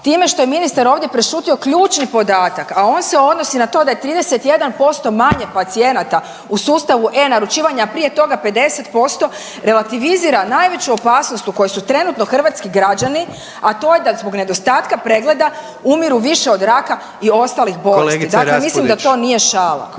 Time što je ministar ovdje prešutio ključni podatak, a on se odnosi na to da je 31% manje pacijenata u sustavu e-naručivanja, prije toga 50%, relativizira najveću opasnost u kojoj su trenutno hrvatski građani, a to je da zbog nedostatka pregleda umiru više od raka i ostalih bolesti, dakle mislim da to nije šala.